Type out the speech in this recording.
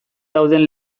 dauden